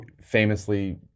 famously